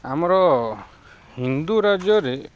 ଆମର ହିନ୍ଦୁ ରାଜ୍ୟରେ